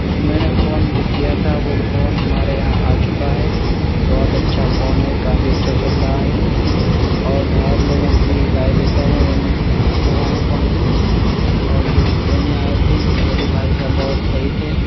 میں نے phone book کیا تھا وہ فون ہمارے یہاں آ چکا ہے بہت اچھا فون ہے کافی اچھا چل رہا ہے اور میں اور لوگوں کو بھی رائے دیتا ہوں وہیں منگائیں فون اور جو دینے آئے تھے وہ بھی بھائی صاحب بہت صحیح تھے